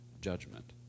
judgment